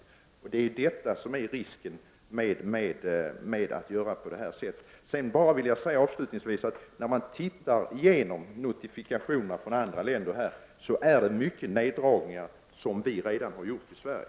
Detta drabbar också lantbrukarna. Detta är risken när man gör på det sätt som man nu har gjort. Avslutningsvis: När man tittar igenom notifikationerna från andra länder ser man att det föreslås neddragningar som vi redan har gjort i Sverige.